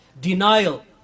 Denial